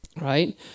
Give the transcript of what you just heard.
Right